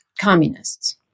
communists